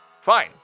Fine